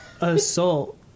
assault